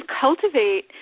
cultivate